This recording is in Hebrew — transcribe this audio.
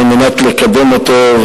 על מנת לקדם אותו.